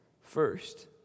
first